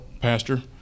pastor